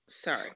Sorry